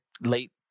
late